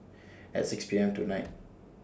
At six P M tonight